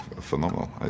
phenomenal